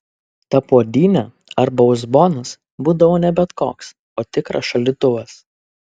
ta puodynė arba uzbonas būdavo ne bet koks o tikras šaldytuvas